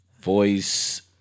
voice